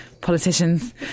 politicians